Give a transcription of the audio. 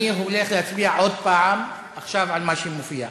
אנחנו נצביע עוד פעם, עכשיו על מה שמופיע,